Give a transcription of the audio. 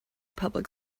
public